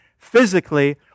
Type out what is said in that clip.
physically